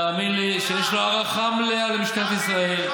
תאמין לי שיש לו הערכה מלאה למשטרת ישראל.